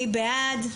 מי בעד?